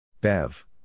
Bev